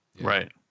Right